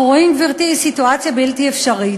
אנחנו רואים, גברתי, סיטואציה בלתי אפשרית.